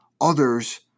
others